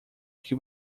que